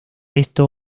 esto